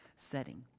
setting